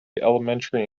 elementary